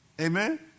Amen